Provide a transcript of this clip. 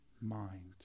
mind